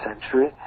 century